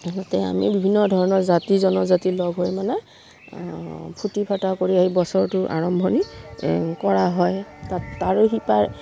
তাতে আমি বিভিন্ন ধৰণৰ জাতি জনজাতিৰ লগ হৈ মানে ফূৰ্তি ফাৰ্তা কৰি আহি বছৰটো আৰম্ভণি কৰা হয় তাত তাৰো সিপাৰ